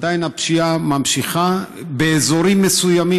עדיין הפשיעה ממשיכה באזורים מסוימים,